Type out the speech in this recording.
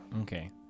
okay